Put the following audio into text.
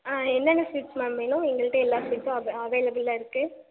ஆ என்னென்ன sweets ma'am வேணும் எங்கள்கிட்ட எல்லா ஸ்வீட்ஸும் அவ் அவைளபிளாக இருக்குது